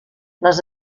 les